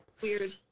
Weird